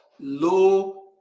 low